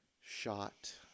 shot